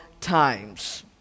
times